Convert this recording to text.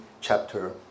chapter